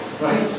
Right